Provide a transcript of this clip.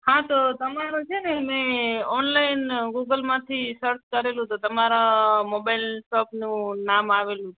હા તો તમારો છે ને મેં ઓનલાઈન ગુગલમાંથી સર્ચ કરેલું તો તમારા મોબાઈલ શોપનું નામ આવેલું